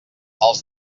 els